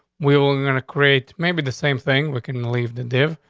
we were going to create maybe the same thing. we can leave the dev,